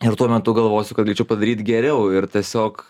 ir tuo metu galvosiu kad galėčiau padaryt geriau ir tiesiog